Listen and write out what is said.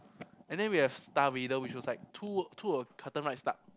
and then we have star vader which was like two two a carton right stuck